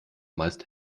meist